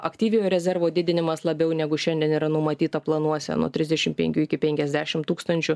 aktyviojo rezervo didinimas labiau negu šiandien yra numatyta planuose nuo trisdešimt penkių iki penkiasdešimt tūkstančių